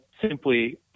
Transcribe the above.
simply